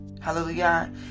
Hallelujah